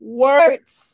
words